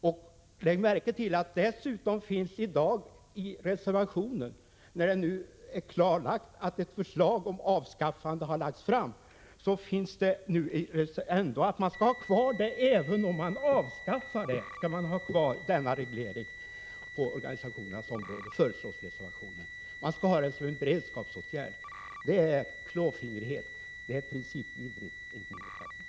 Lägg dessutom märke till att det i dag, när det är klarlagt att ett förslag om avskaffande av kollektivanslutningen har lagts fram, trots detta i reservationen framförs ett förslag om bibehållande av kravet på lagstiftning. Det föreslås alltså i reservationen att man även om kollektivanslutningen avskaffas skall ha kvar denna reglering på organisationsområdet, nämligen som en beredskapsåtgärd. Det är enligt min uppfattning klåfingrigt och principvidrigt.